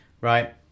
right